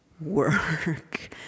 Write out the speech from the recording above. work